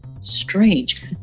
Strange